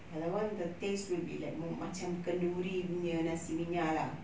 the other one the taste will be mo~ macam kenduri punya nasi lemak lah